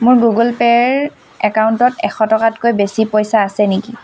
মোৰ গুগল পে'ৰ একাউণ্টত এশ টকাতকৈ বেছি পইচা আছে নেকি